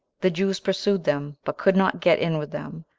the jews pursued them, but could not get in with them,